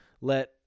let